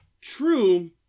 True